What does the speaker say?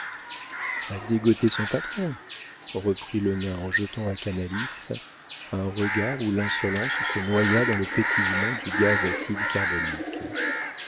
a dégoter son patron reprit le nain en jetant à canalis un regard où l'insolence se noya dans le petillement du gaz acide carbonique